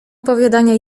opowiadania